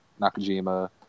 Nakajima